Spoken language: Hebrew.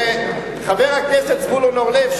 וחבר הכנסת זבולון אורלב,